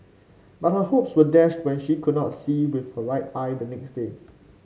but her hopes were dashed when she could not see with her right eye the next day